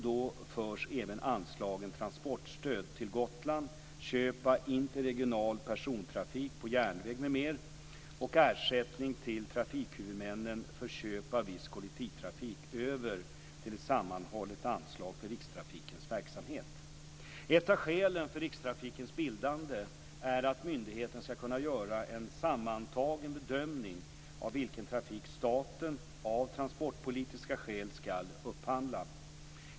Då förs även anslagen Transportstöd till Gotland, Köp av interregional persontrafik på järnväg m.m. och Ersättning till trafikhuvudmännen för köp av viss kollektivtrafik över till ett sammanhållet anslag för Rikstrafikens verksamhet. Ett av skälen för Rikstrafikens bildande är att myndigheten skall kunna göra en sammantagen bedömning av vilken trafik staten av transportpolitiska skäl skall upphandla.